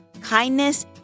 kindness